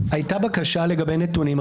הייתה בקשה לגבי נתונים.